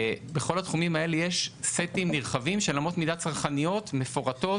בכל התחומים האלה יש סטים נרחבים של אמות מידה צרכניות מפורטות,